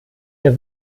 der